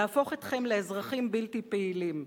להפוך אתכם לאזרחים בלתי פעילים.